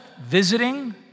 visiting